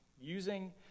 using